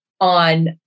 on